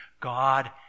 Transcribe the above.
God